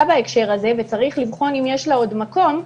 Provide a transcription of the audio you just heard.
בהקשר הזה וצריך לבחון אם יש לה עוד מקום.